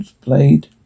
played